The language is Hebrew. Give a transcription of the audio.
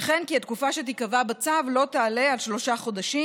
וכן כי התקופה שתיקבע בצו לא תעלה על שלושה חודשים